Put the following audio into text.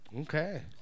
Okay